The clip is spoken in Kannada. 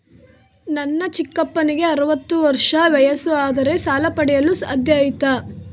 ನನ್ನ ಚಿಕ್ಕಪ್ಪನಿಗೆ ಅರವತ್ತು ವರ್ಷ ವಯಸ್ಸು ಆದರೆ ಸಾಲ ಪಡೆಯಲು ಸಾಧ್ಯ ಐತಾ?